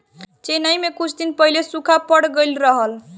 चेन्नई में कुछ दिन पहिले सूखा पड़ गइल रहल